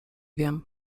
wiem